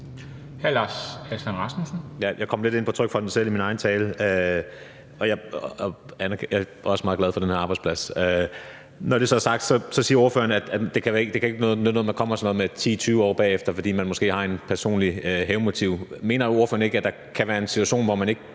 10:52 Lars Aslan Rasmussen (S): Jeg kom selv lidt ind på TrygFonden i min egen tale, og jeg er også meget glad for den her arbejdsplads. Når det så er sagt, siger ordføreren, at det ikke kan nytte noget, at man kommer med sådan noget 10-20 år bagefter, fordi man måske har et personligt hævnmotiv. Mener ordføreren ikke, at der kan være en situation, hvor man ikke